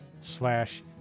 slash